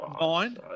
Nine